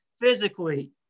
physically